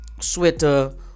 sweater